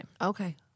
Okay